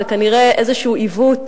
זה כנראה איזה עיוות